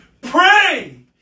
Pray